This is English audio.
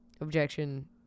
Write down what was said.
Objection